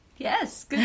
Yes